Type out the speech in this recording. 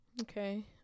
okay